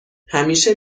همیشه